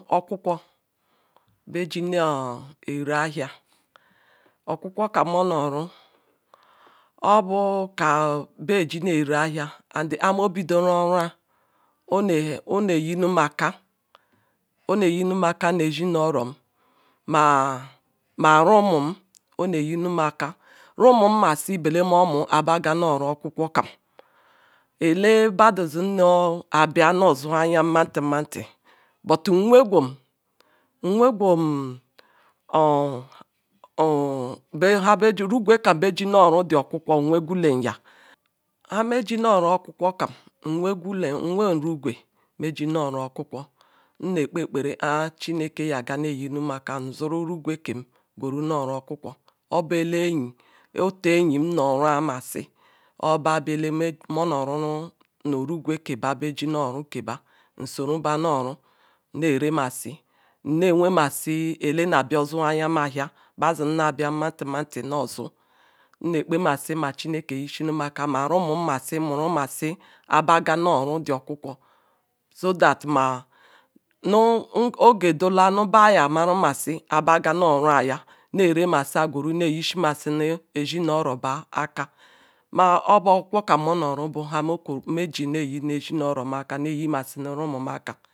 Beh jim neh ereh ahia okukwo kam monor oru obu kah beh jine-ere ahia amd arm obidoro oru-ah oneh oneh yinu makah oneh yinu makah ni ezino-orom mah ju umum oneh yinum akah rumu masi bele meh omu nasi bele anah gah nu oru okukwu kam ele badu nno-abiah noh ozu nhe ahia mati but nwehgwo nwegwo or habejiru igwe kam beji nor oru the okukwo nwehgulem yah nhemeji noh oru okukwo kam nwegulem ru-igwe noh ku okukwo nne ekpe ekpere hah chineke na neh eyinum akah anzuru igwe kem gwere nah aru okukwo obu ele enyi otu enyi noh oou amasi oba bu ele me moh noh junu nu igwe keh bah beh weji noh oru neh ere masi nneh weh masi ele nabia ozu ahiamahia nbah azim nah abia nmali mali noh ozu nne kpemasi chineke yishinima akah mag ruma masi a baga noh oru the okukwo so that mah nu oge dula bah ayah meru masi hebaga noh oru ayah neh ere masia gweru neh eyishimasini ezi no-oro bah akah mah obu okukwo kam onoh oru nmeji neh eyi oromaka omumah akah.